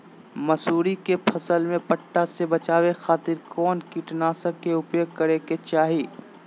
मसूरी के फसल में पट्टा से बचावे खातिर कौन कीटनाशक के उपयोग करे के चाही?